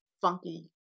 funky